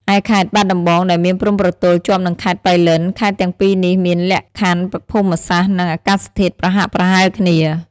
ឯខេត្តបាត់ដំបងដែលមានព្រំប្រទល់ជាប់នឹងខេត្តប៉ៃលិនខេត្តទាំងពីរនេះមាន លក្ខខណ្ឌភូមិសាស្ត្រ និងអាកាសធាតុប្រហាក់ប្រហែលគ្នា។